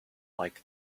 like